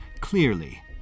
clearly